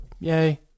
Yay